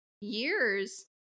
years